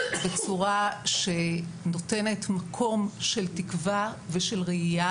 בצורה שנותנת מקום של תקווה ושל ראייה